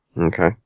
Okay